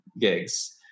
gigs